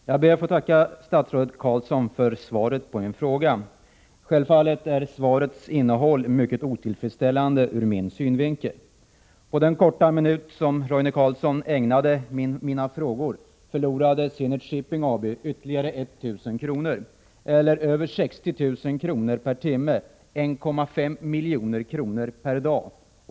Herr talman! Jag ber att få tacka statsrådet Roine Carlsson för svaret på min fråga. Självfallet är svarets innehåll mycket otillfredsställande ur min synvinkel. På den korta minut som Roine Carlsson ägnade mina frågor förlorade Zenit Shipping AB ytterligare 1 000 kr., dvs. över 60 000 kr. per timme eller 1,5 milj.kr. per dag.